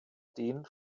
den